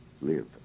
live